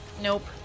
Nope